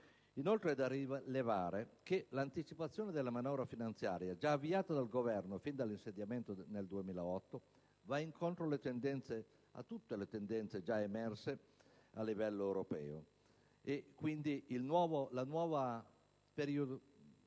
Inoltre, è da rilevare che l'anticipazione delle manovre finanziarie già avviata dal Governo fin dall'insediamento, nel 2008, va incontro a tutte le tendenze già emerse a livello europeo. Quindi la nuova periodizzazione